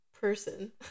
person